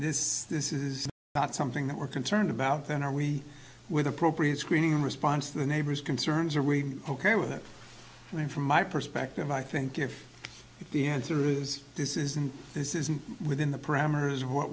and this is not something that we're concerned about then are we with appropriate screening in response to the neighbors concerns are we ok with that i mean from my perspective i think if the answer is this isn't this isn't within the parameters of what